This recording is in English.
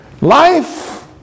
Life